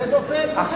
זה נופל וזה נופל.